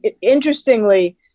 interestingly